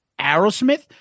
Aerosmith